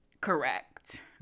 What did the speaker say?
Correct